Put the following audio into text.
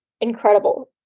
incredible